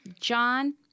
John